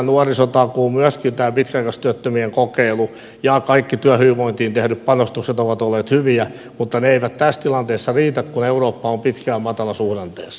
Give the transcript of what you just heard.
nuorisotakuu myöskin tämä pitkäaikaistyöttömien kokeilu ja kaikki työhyvinvointiin tehdyt panostukset ovat olleet hyviä ne eivät tässä tilanteessa riitä kun eurooppa on pitkään matalasuhdanteessa